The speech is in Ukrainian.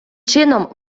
чином